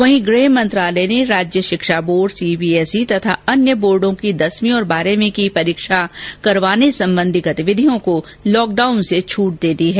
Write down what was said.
वहीं गृह मंत्रालय ने राज्य शिक्षा बोर्ड सीबीएसई तथा अन्य बोर्डो की दसवीं और बारहवीं की परीक्षा करवाने संबंधी गतिविधियों को लॉकडाउन से छूट दे दी गई है